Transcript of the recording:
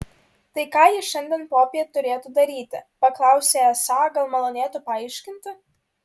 tai ką jis šiandien popiet turėtų daryti paklausė esą gal malonėtų paaiškinti